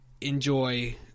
enjoy